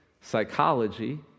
psychology